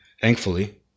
thankfully